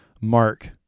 Mark